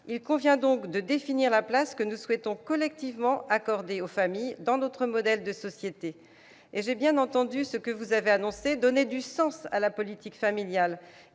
il convient donc de définir la place que nous souhaitons collectivement accorder aux familles dans notre modèle de société. Madame la ministre, j'ai bien entendu votre volonté de donner du sens à la politique familiale.